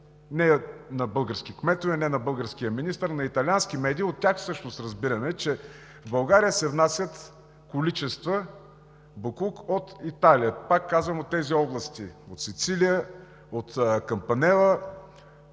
не на български кметове, не на българския министър, от тях всъщност разбираме, че в България се внасят количества боклук от Италия, повтарям, от тези области – от Сицилия, от Кампанела,